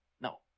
No